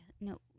no